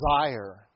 desire